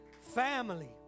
Family